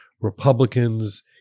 republicans